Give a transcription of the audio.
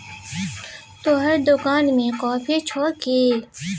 तोहर दोकान मे कॉफी छह कि?